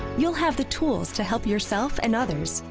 you'll have the tools to help yourself and others.